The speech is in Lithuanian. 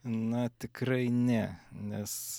na tikrai ne nes